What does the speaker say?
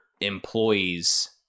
employees